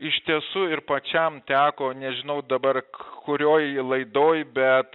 iš tiesų ir pačiam teko nežinau dabar kurioj laidoj bet